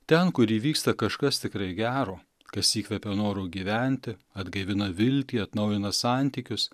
ten kur įvyksta kažkas tikrai gero kas įkvepia noro gyventi atgaivino viltį atnaujina santykius